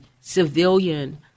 civilian